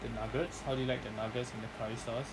the nuggets how do you like the nuggets in the curry sauce